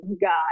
God